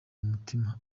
mutima